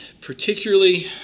particularly